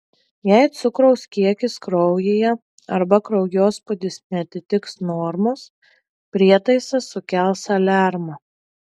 jei cukraus kiekis kraujyje arba kraujospūdis neatitiks normos prietaisas sukels aliarmą